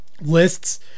lists